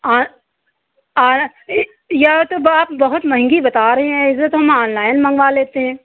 और और यह तो आप बहुत महंगी बता रहे हैं ऐसे तो हम ऑनलाइन मंगवा लेते हैं